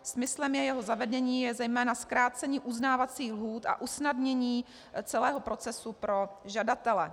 Smyslem jeho zavedení je zejména zkrácení uznávacích lhůt a usnadnění celého procesu pro žadatele.